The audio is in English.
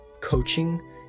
coaching